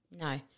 No